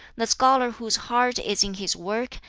the scholar whose heart is in his work,